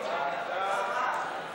הגנת הצרכן